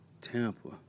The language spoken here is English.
Tampa